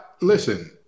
listen